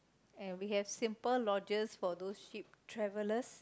and we have simple loggers for those ship travelers